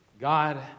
God